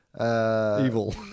Evil